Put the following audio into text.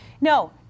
no